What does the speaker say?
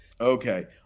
Okay